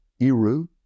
Eru